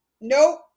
Nope